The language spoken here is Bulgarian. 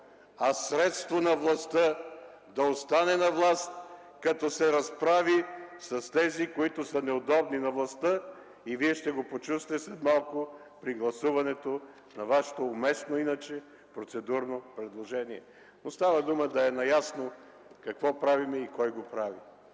а средство на властта да остане на власт, като се разправи с неудобните на властта. Вие ще го почувствате след малко при гласуването на Вашето иначе уместно процедурно предложение. Става дума да е ясно какво правим и кой го прави.